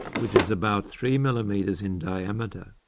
which is about three millimetres in diameter.